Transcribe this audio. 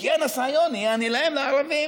(אומר בערבית: הישות הציונית,) יעני, להם, לערבים